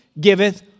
giveth